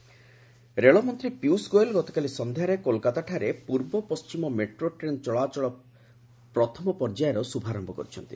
Goyal Kolkata metro ରେଳମନ୍ତ୍ରୀ ପୀୟୂଷ ଗୋୟଲ ଗତକାଲି ସନ୍ଧ୍ୟାରେ କୋଲକାତାଠାରେ ପୂର୍ବ ପଶ୍ଚିମ ମେଟ୍ରୋ ଟ୍ରେନ୍ ଚଳାଚଳ ପ୍ରଥମ ପର୍ଯ୍ୟାୟର ଶୁଭାରମ୍ଭ କରିଛନ୍ତି